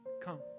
Come